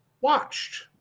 watched